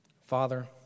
Father